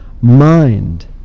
mind